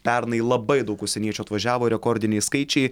pernai labai daug užsieniečių atvažiavo rekordiniai skaičiai